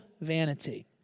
vanity